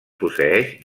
posseeix